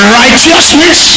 righteousness